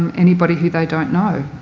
anybody who they don't know.